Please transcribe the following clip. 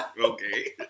Okay